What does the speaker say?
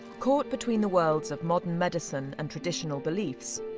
caught between the worlds of modern medicine and traditional beliefs,